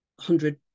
hundred